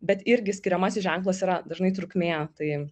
bet irgi skiriamasis ženklas yra dažnai trukmė tai